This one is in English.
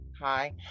Hi